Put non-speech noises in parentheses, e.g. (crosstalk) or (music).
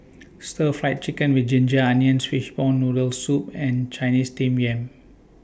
Stir Fried Chicken with Ginger Onions Fishball Noodle Soup and Chinese Steamed Yam (noise)